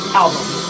album